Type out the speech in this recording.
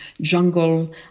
jungle